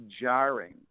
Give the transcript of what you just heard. jarring